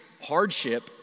hardship